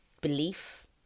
belief